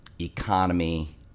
economy